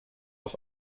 auf